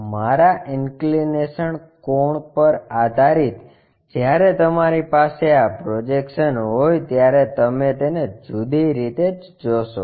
મારા ઇન્કલિનેશન કોણ પર આધારિત જ્યારે તમારી પાસે આ પ્રોજેક્શન્સ હોય ત્યારે તમે તેને જુદી રીતે જ જોશો